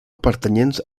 pertanyents